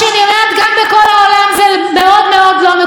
גם בכל העולם זה מאוד מאוד לא מקובל,